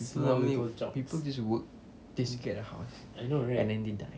people only people just work they get a house and then they die